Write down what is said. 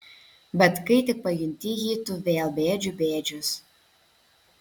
bet kai tik pajunti jį tu vėl bėdžių bėdžius